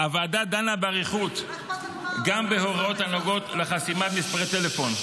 -- הוועדה דנה באריכות גם בהוראות הנוגעות לחסימת מספרי טלפון,